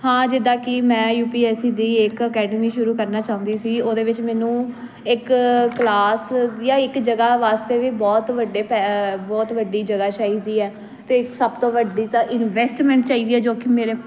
ਹਾਂ ਜਿੱਦਾਂ ਕਿ ਮੈਂ ਯੂ ਪੀ ਐਸ ਸੀ ਦੀ ਇੱਕ ਅਕੈਡਮੀ ਸ਼ੁਰੂ ਕਰਨਾ ਚਾਹੁੰਦੀ ਸੀ ਉਹਦੇ ਵਿੱਚ ਮੈਨੂੰ ਇੱਕ ਕਲਾਸ ਜਾਂ ਇੱਕ ਜਗ੍ਹਾ ਵਾਸਤੇ ਵੀ ਬਹੁਤ ਵੱਡੇ ਪੈ ਬਹੁਤ ਵੱਡੀ ਜਗ੍ਹਾ ਚਾਹੀਦੀ ਹੈ ਅਤੇ ਸਭ ਤੋਂ ਵੱਡੀ ਤਾਂ ਇਨਵੈਸਟਮੈਂਟ ਚਾਹੀਦੀ ਆ ਜੋ ਕਿ ਮੇਰੇ